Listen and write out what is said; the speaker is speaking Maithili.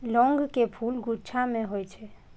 लौंग के फूल गुच्छा मे होइ छै